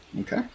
Okay